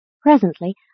Presently